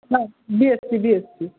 হ্যাঁ ইয়ে সিবিএসই